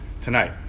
tonight